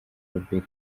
robert